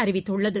அறிவித்துள்ளது